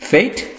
Fate